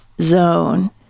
zone